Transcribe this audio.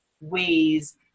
ways